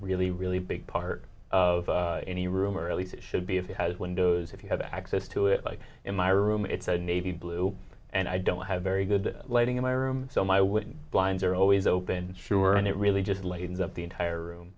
really really big part of any room or at least it should be if it has windows if you have access to it like in my room it's a navy blue and i don't have very good lighting in my room so my wooden blinds are always open and sure and it really just laid up the entire room